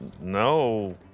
no